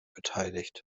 beteiligt